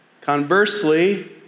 Conversely